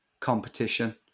competition